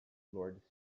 lord